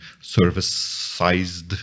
service-sized